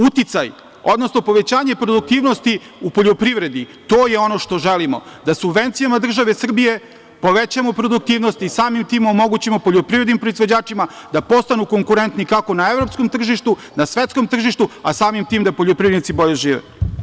Uticaj, odnosno povećanje produktivnosti u poljoprivredi, to je ono što želimo, da subvencijama države Srbije povećamo produktivnost i samim tim omogućimo poljoprivrednim proizvođačima da postanu konkurentni kako na evropskom tržištu, na svetskom tržištu, a samim tim da poljoprivrednici bolje žive.